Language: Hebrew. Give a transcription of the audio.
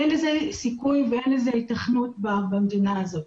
אין לזה סיכוי ואין לזה היתכנות במדינה הזאת.